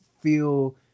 feel